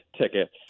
tickets